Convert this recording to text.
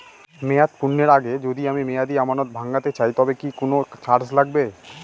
মেয়াদ পূর্ণের আগে যদি আমি মেয়াদি আমানত ভাঙাতে চাই তবে কি কোন চার্জ লাগবে?